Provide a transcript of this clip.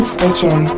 Stitcher